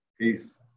Peace